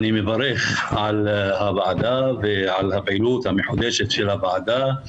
אני מברך על הוועדה ועל הפעילות המחודשת של הוועדה.